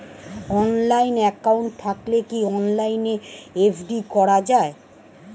Online account থাকলে কি অনলাইনে এফ.ডি করা যায়?